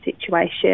situation